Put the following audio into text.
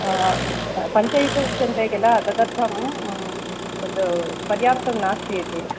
पञ्च इति उच्यन्ते किल तदर्थं तत् पर्याप्तं नास्ति इति